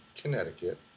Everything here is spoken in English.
Connecticut